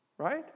Right